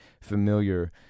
familiar